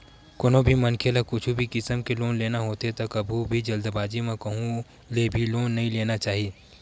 कोनो भी मनखे ल कुछु भी किसम के लोन लेना होथे त कभू भी जल्दीबाजी म कहूँ ले भी लोन नइ ले लेना चाही